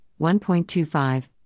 1.25